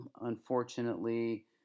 Unfortunately